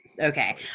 Okay